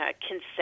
consent